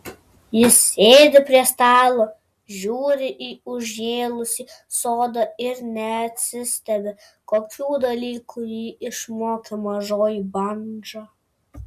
jis sėdi prie stalo žiūri į užžėlusį sodą ir neatsistebi kokių dalykų jį išmokė mažoji bandža